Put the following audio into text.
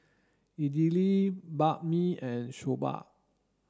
Idili Banh Mi and Soba